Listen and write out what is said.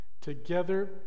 together